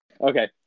okay